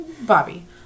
Bobby